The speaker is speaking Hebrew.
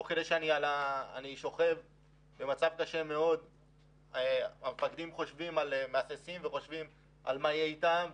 אני שוכב במצב קשה מאוד והמפקדים מהססים וחושבים על מה יהיה אתם,